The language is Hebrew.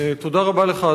תודה רבה לך,